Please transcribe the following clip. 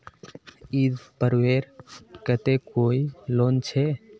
ईद पर्वेर केते कोई लोन छे?